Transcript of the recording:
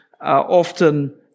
often